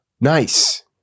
Nice